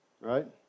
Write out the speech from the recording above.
right